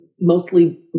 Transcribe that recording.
mostly